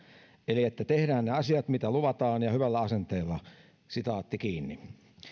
eli että tehdään ne asiat mitä luvataan ja hyvällä asenteella